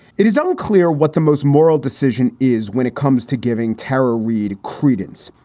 it is unclear what the most moral decision is when it comes to giving terror read credence,